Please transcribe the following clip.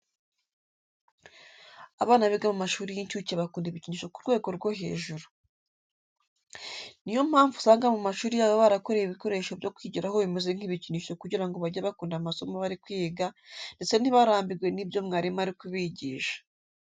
Abana biga mu mashuri y'incuke bakunda ibikinisho ku rwego rwo hejuru. Ni yo mpamvu usanga mu mashuri yabo barakorewe ibikoresho byo kwigiraho bimeze nk'ibikinisho kugira ngo bajye bakunda amasomo bari kwiga ndetse ntibarambirwe n'ibyo mwarimu ari kubigisha.